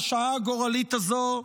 בשעה הגורלית הזו,